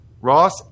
Ross